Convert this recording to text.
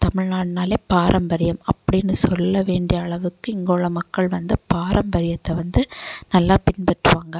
தமிழ்நாடுன்னாலே பாரம்பரியம் அப்படின்னு சொல்ல வேண்டிய அளவுக்கு இங்கே உள்ள மக்கள் வந்து பாரம்பரியத்தை வந்து நல்லா பின்பற்றுவாங்க